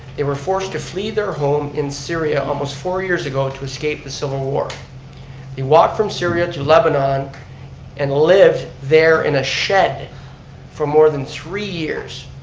they were forced to flee their home in syria almost four years ago to escape the civil war walked from syria to lebanon and lived there in a shed for more than three years.